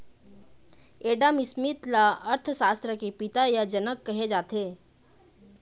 Adam Smith ल अर्थसास्त्र के पिता य जनक कहे जाथे